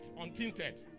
untinted